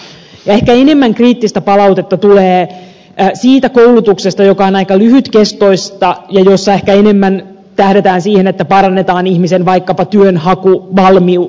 ehkä enemmän kriittistä palautetta tulee siitä koulutuksesta joka on aika lyhytkestoista ja jossa ehkä enemmän tähdätään siihen että parannetaan vaikkapa ihmisen työnhakuvalmiuksia